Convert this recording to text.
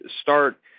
start